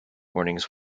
warnings